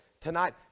Tonight